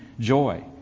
joy